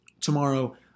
tomorrow